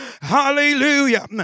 Hallelujah